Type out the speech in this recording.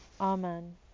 Amen